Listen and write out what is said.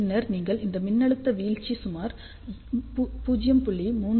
பின்னர் நீங்கள் இந்த மின்னழுத்த வீழ்ச்சி சுமார் 0